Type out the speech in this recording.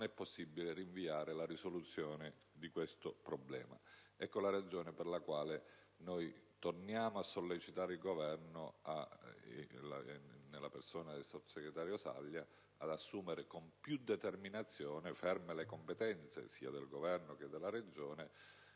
non è possibile rinviare la soluzione di questo problema. Ecco la ragione per la quale torniamo a sollecitare il Governo, nella persona del sottosegretario Saglia, a promuovere con più determinazione, ferme le competenze sia del Governo che della Regione,